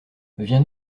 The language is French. viens